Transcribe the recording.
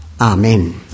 Amen